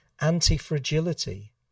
anti-fragility